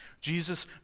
Jesus